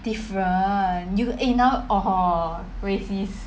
different eh now orh hor racist